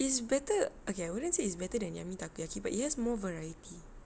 it's better okay I wouldn't say it's better than yummy takoyaki but yes more variety